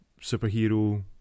superhero